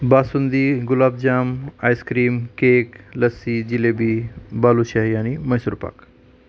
basundi gulab jam ice cream cake lassi jalebi balushahi आणि मैसूर पाक